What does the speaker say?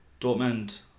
Dortmund